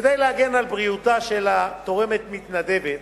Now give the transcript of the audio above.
כדי להגן על בריאותה של התורמת המתנדבת,